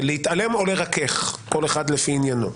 להתעלם או לרכך, כל אחד לפי עניינו.